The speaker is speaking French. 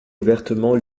ouvertement